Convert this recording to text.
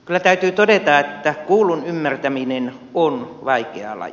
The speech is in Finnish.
kyllä täytyy todeta että kuullun ymmärtäminen on vaikea laji